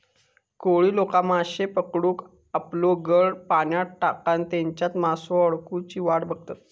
कोळी लोका माश्ये पकडूक आपलो गळ पाण्यात टाकान तेच्यात मासो अडकुची वाट बघतत